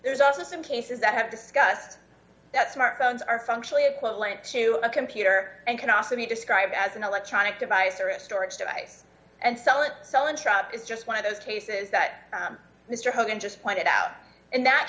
there's also some cases that have discussed that smartphones are functionally equivalent to a computer and can also be described as an electronic device or a storage device and sell it selling trout is just one of those cases that mr hogan just pointed out in that